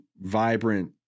vibrant –